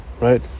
Right